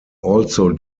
also